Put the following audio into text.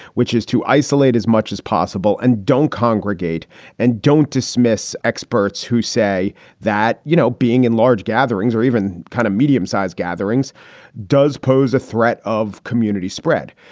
which is to isolate as much as possible and don't congregate and don't dismiss experts who say that, you know, being in large gatherings or even kind of medium sized gatherings does pose a threat of community spread.